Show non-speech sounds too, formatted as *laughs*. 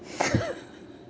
*laughs*